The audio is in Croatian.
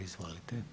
Izvolite.